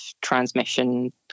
transmission